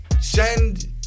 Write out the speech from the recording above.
Send